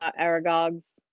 Aragog's